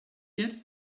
yet